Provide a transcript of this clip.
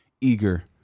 eager